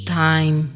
time